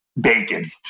bacon